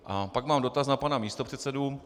A pak mám dotaz na pana místopředsedu.